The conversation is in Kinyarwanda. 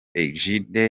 eduige